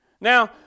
Now